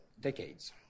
decades